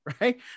right